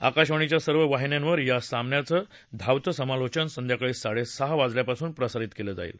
आकाशवाणीच्या सर्व वाहिन्यांवरून या सामन्यांचं धावतं समालोचन संध्याकाळी साडेसहा वाजल्यापासून प्रसारित केलं जाईल